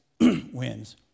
wins